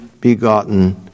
begotten